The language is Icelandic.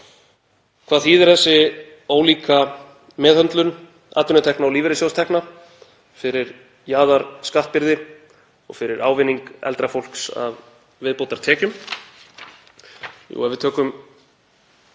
Hvað þýðir þessi ólíka meðhöndlun atvinnutekna og lífeyrissjóðstekna fyrir jaðarskattbyrði og fyrir ávinning eldra fólks af viðbótartekjum?